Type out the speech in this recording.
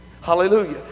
Hallelujah